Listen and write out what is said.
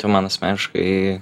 tai man asmeniškai